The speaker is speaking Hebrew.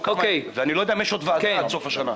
אני לא יודע אם תהיה עוד ישיבת ועדה עד סוף השנה.